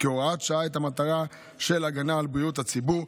כהוראת שעה את המטרה של הגנה על בריאות הציבור.